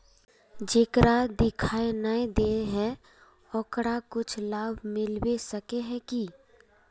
जेकरा दिखाय नय दे है ओकरा कुछ लाभ मिलबे सके है की?